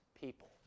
people